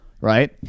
right